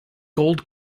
gold